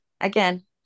again